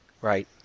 right